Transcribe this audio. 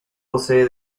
posee